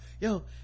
yo